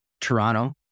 Toronto